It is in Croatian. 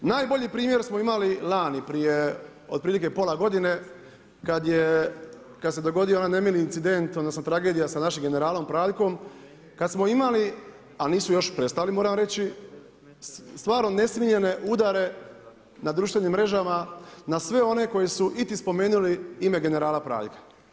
Najbolji primjer smo imali lani, otprilike prije pola godine, kada se dogodio onaj nemili incident, odnosno, tragedija sa našim generalom Praljkom, kada smo imali, a nisu još prestali, moram reći, stvar o nesmiljene udare na društvenim mrežama, na sve one koji su niti spomenuli ime generala Praljka.